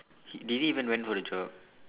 he did he even went for the job